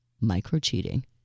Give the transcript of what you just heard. Micro-cheating